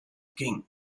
king